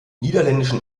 niederländischen